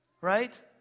Right